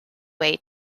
way